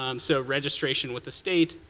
um so registration with the state,